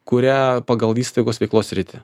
kurią pagal įstaigos veiklos sritį